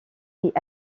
est